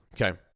Okay